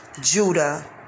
Judah